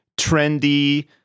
trendy